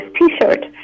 T-shirt